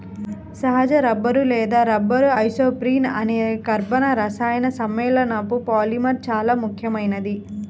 సహజ రబ్బరు లేదా rubber isoprene అనే కర్బన రసాయన సమ్మేళనపు పాలిమర్ చాలా ముఖ్యమైనది